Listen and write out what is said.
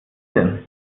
denn